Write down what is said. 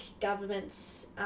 governments